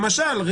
למשל,